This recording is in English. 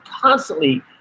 constantly